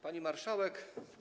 Pani Marszałek!